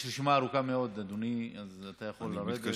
יש רשימה ארוכה מאוד, אדוני, אז אתה יכול לרדת.